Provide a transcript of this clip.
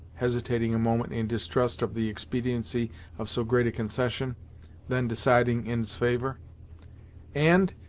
hesitating a moment in distrust of the expediency of so great a concession then, deciding in its favor and,